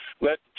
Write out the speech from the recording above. let